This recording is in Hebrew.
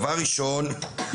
דבר ראשון,